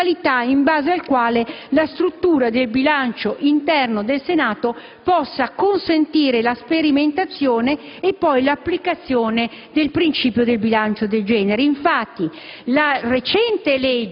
le modalità in base alle quali la struttura del bilancio interno del Senato possa consentire la sperimentazione e poi l'applicazione dei principi del bilancio di genere. Infatti, la recente